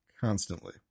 constantly